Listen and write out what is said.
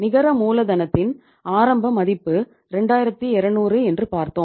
நிகர மூலதனத்தின் ஆரம்ப மதிப்பு 2200 என்று பார்த்தோம்